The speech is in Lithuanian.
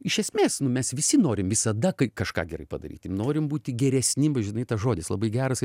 iš esmės mes visi norim visada kažką gerai padaryti norime būti geresni bet žinai tas žodis labai geras